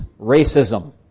racism